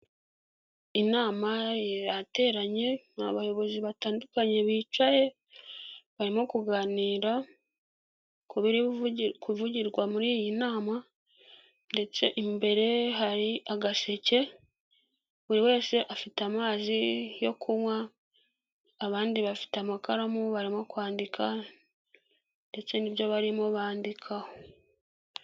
Inama yateranye, ni abayobozi batandukanye bicaye, barimo kuganira ku biri kuvugirwa muri iyi nama ndetse imbere hari agaseke, buri wese afite amazi yo kunywa, abandi bafite amakaramu barimo kwandika ndetse n'ibyo barimo bandikaho.